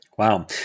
Wow